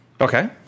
Okay